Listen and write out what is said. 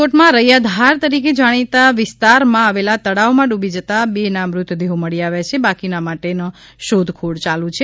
રાજકોટ માં રૈયાધાર તરીકે જાણીતા વિસ્તાર માં આવેલા તળાવમાં ડૂબી જતાં બેના મૃતદેહો મળી આવ્યા છે બાકીના માટે શોધખોળ ચાલુ છે